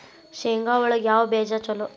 ಶೇಂಗಾ ಒಳಗ ಯಾವ ಬೇಜ ಛಲೋ?